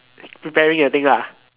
preparing the thing lah